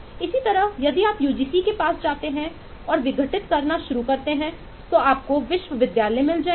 इसी तरह यदि आप यूजीसी के पास जाते हैं और विघटित करना शुरू करते हैं तो आपको विश्वविद्यालय मिल जाएंगे